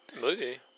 movie